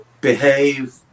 behave